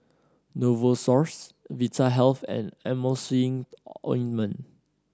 Novosource Vitahealth and Emulsying Ointment